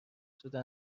شده